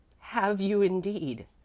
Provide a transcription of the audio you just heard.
have you, indeed?